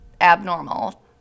abnormal